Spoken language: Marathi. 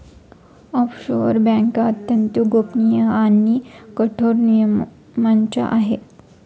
ऑफशोअर बँका अत्यंत गोपनीय आणि कठोर नियमांच्या आहे